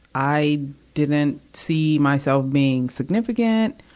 i didn't see myself being significant,